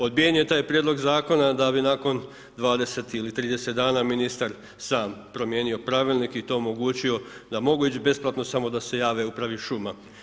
Odbijen je taj prijedlog zakona da bi nakon 20 ili 30 dana ministar sam promijenio pravilnik i to omogućio da mogu ići besplatno samo da se jave upravi šuma.